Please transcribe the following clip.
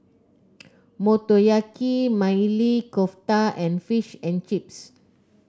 Motoyaki Maili Kofta and Fish and Chips